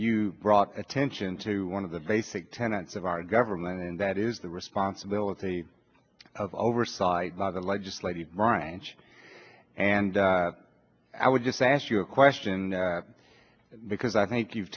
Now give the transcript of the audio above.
you brought attention to one of the basic tenants of our government and that is the responsibility of oversight by the legislative branch and i would just ask you question because i think you've